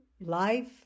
life